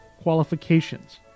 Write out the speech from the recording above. qualifications